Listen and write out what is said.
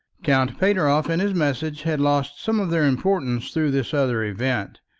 count pateroff and his message had lost some of their importance through this other event,